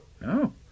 No